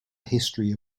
history